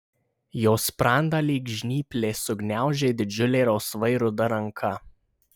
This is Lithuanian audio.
jo sprandą lyg žnyplės sugniaužė didžiulė rausvai ruda ranka